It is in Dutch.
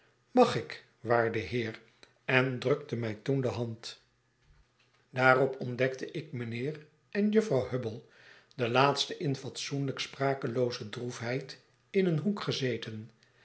magik waarde heer en drukte mij toen de hand daarop ontdekte ik mijnheer en jufvrouw hubble de laatste in fatsoenlijk sprakelooze droefheid in een hoek gezeten